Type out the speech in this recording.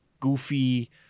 goofy